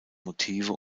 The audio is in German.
motive